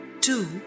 two